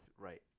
right